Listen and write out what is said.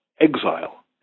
Exile